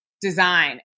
design